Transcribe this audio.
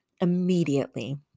immediately